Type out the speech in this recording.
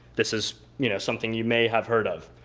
this is you know something you may have heard of.